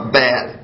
bad